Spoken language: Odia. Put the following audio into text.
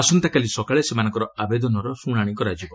ଆସନ୍ତାକାଲି ସକାଳେ ସେମାନଙ୍କର ଆବେଦନର ଶୁଣାଶି କରାଯିବ